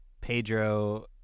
Pedro